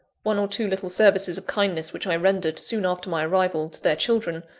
one or two little services of kindness which i rendered, soon after my arrival, to their children,